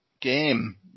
game